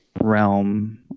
realm